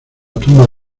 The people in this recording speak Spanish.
tumba